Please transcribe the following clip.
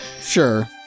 sure